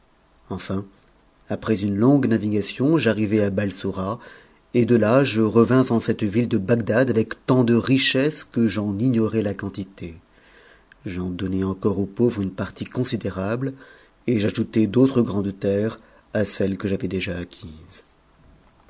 enfin après une longue navigation j'arrivai à balsora et de là je revins en cette ville de bagdad avec tant de richesses que j'en ignorais la quantité j'en donnai encore aux pauvres une partie considérable et j'ajoutai d'autres grandes terres a celles que j'avais dëj acquises